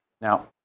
Now